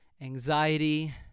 anxiety